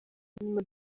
nyuma